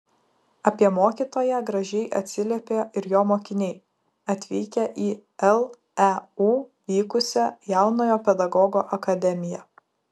apie mokytoją gražiai atsiliepė ir jo mokiniai atvykę į leu vykusią jaunojo pedagogo akademiją